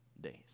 days